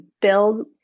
build